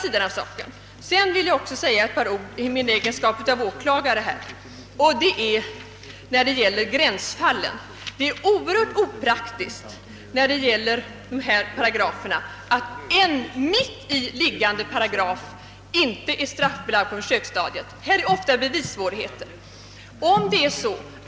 I min egenskap av åklagare vill jag när det gäller gränsfallen säga att det är mycket opraktiskt när det gäller dessa paragrafer, att handling enligt en mitt i liggande paragraf inte är straffbelagd på försöksstadiet. Här föreligger ofta bevissvårigheter.